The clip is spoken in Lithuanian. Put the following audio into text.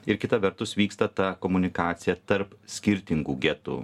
ir kita vertus vyksta ta komunikacija tarp skirtingų getų